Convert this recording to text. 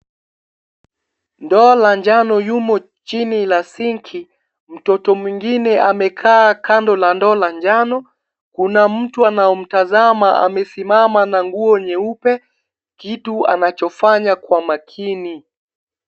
Ndoo la njano yumo chini la sinki. Mtoto mwingine amekaa kando la ndoo la njano. Kuna mtu anaomtazama amesimama na nguo nyeupe. Kitu anachofanya kwa makini.